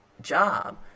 job